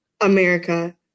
america